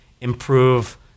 improve